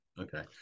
okay